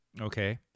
Okay